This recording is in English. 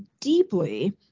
deeply